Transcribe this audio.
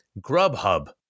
Grubhub